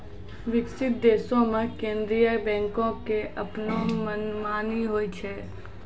विकसित देशो मे केन्द्रीय बैंको के अपनो मनमानी होय छै